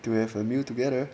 to have a meal together